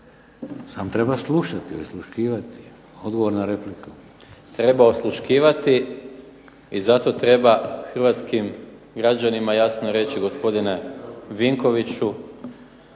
samo treba slušati i osluškivati. Odgovor na repliku. **Maras, Gordan (SDP)** Treba osluškivati i zato treba hrvatskim građanima jasno reći gospodine Vinkoviću